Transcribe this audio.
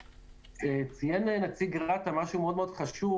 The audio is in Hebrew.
ציין נציג רת"א משהו חשוב,